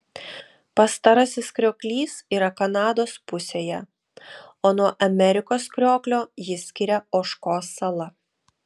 pastarasis krioklys yra kanados pusėje o nuo amerikos krioklio jį skiria ožkos sala